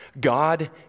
God